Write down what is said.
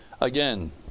Again